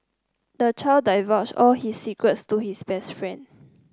the child divulged all his secrets to his best friend